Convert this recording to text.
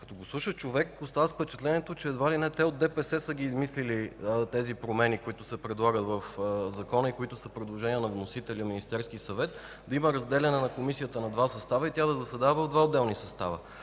Като го слуша човек остава с впечатлението, че едва ли не от ДПС са измислили тези промени, които се предлагат в Закона и са предложение на вносителя – Министерски съвет, да има разделяне на Комисията на два състава и тя да заседава в два отделни състава.